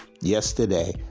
yesterday